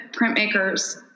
printmakers